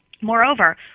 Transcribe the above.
Moreover